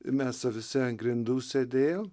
mes visi ant grindų sėdėjo